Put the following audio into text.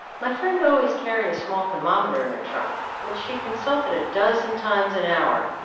my friend always carried a small thermometer in her trunk, which she consulted a dozen times an hour,